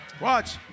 Watch